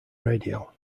radio